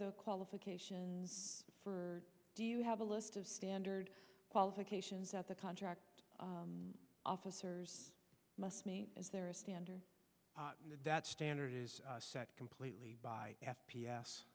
the qualifications for do you have a list of standard qualifications out the contract officers must meet is there a standard that standard is set completely by f p s